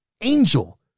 angel